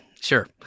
sure